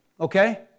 okay